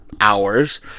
hours